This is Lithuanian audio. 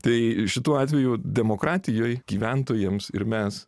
tai šituo atveju demokratijoj gyventojams ir mes